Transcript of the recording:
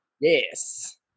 Yes